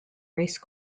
race